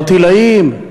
ערטילאיים,